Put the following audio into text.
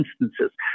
instances